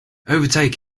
overtake